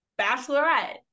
bachelorette